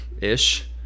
ish